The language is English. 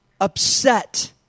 upset